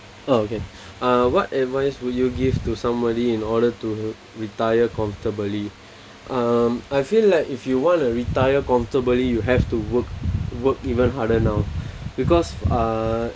oh okay uh what advice will you give to somebody in order to retire comfortably um I feel like if you want to retire comfortably you have to work work even harder now because uh